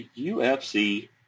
UFC